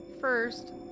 First